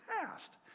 past